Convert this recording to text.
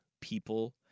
people